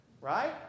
Right